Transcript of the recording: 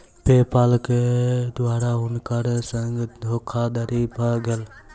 पे पाल के द्वारा हुनका संग धोखादड़ी भ गेल